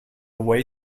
way